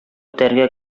үтәргә